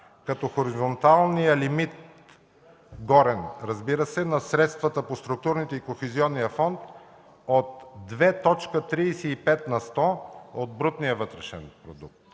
като хоризонталният горен лимит на средствата по структурните и по Кохезионния фонд от 2,35 на сто от брутния вътрешен продукт.